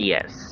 Yes